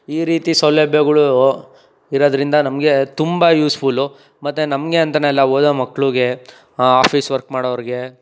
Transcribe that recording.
ಈ ರೀತಿ ಸೌಲಭ್ಯಗಳು ಇರೋದ್ರಿಂದ ನಮಗೆ ತುಂಬ ಯೂಸ್ಫುಲ್ಲು ಮತ್ತೆ ನಮಗೆ ಅಂತಾನೆ ಅಲ್ಲ ಓದೋ ಮಕ್ಳಿಗೆ ಆಫೀಸ್ ವರ್ಕ್ ಮಾಡೋರಿಗೆ